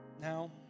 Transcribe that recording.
Now